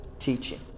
teaching